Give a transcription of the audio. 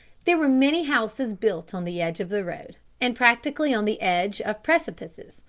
there were many houses built on the edge of the road and practically on the edge of precipices,